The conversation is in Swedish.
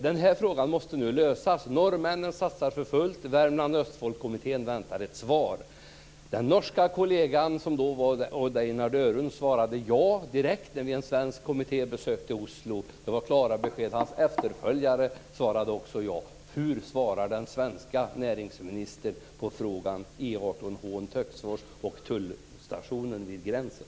Den här frågan måste nu få en lösning. Norrmännen satsar för fullt. Värmlands-Östfoldskommittén väntar ett svar. Den norska kollegan, som då var Odd Einar Dørum, svarade ja direkt när en svensk kommitté besökte Oslo. Det var klara besked. Även hans efterträdare svarade ja. Vad svarar den svenska näringsministern på frågan om E 18 Hån-Töcksfors och tullstationen vid gränsen?